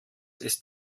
ist